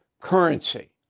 currency